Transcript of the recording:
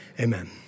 Amen